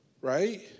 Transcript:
Right